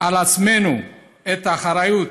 על עצמנו את האחריות